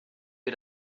wir